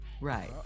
Right